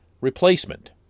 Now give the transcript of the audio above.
replacement